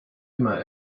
immer